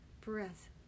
breath